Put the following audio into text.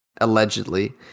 allegedly